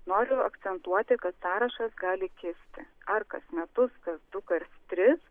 noriu akcentuoti kad sąrašas gali kisti ar kas metus kas du kas tris